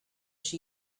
she